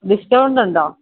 discount ഉണ്ടോ